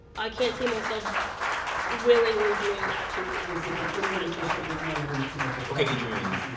i can't see myself willingly doing that to my child ok, adrian,